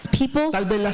people